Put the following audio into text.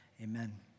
amen